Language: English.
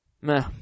Meh